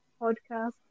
podcast